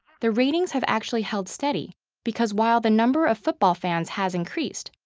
the ratings have actually held steady because while the number of football fans has increased,